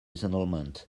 settlement